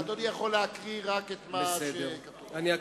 לא, אדוני יכול להקריא רק את מה, כתוב לו בטקסט.